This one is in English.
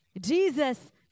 Jesus